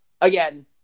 again